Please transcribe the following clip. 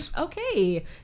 Okay